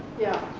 yeah.